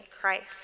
Christ